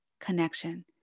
connection